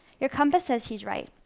your compass says he's right.